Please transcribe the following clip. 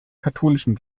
katholischen